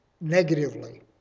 negatively